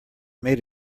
made